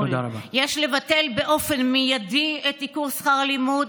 יש לבטל באופן מיידי את תיקון שכר הלימוד